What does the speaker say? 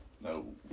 no